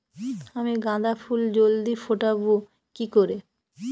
আমি গাঁদা ফুল জলদি ফোটাবো কি করে?